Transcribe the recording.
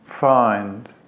find